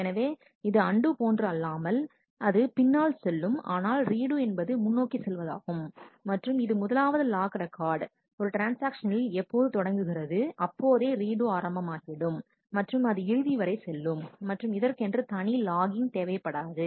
எனவே இது அண்டு போன்று அல்லாமல் அது பின்னால் செல்லும் ஆனால் ரீடு என்பது முன்னோக்கி செல்வதாகும் மற்றும் அது முதலாவது லாக் ரெக்கார்ட் ஒரு ட்ரான்ஸ்ஆக்ஷனில் எப்போது தொடங்குகிறது அப்போதே ரீடு ஆரம்பமாகிவிடும் மற்றும் அது இறுதி வரை செல்லும் மற்றும் இதற்கென்று தனி லாகிங் தேவைப்படாது